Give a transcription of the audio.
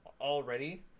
already